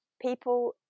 people